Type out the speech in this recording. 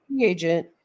agent